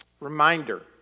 Reminder